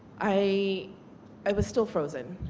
i i was still frozen.